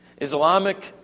Islamic